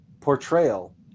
portrayal